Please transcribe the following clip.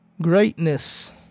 greatness